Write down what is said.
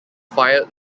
fired